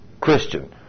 Christian